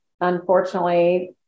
unfortunately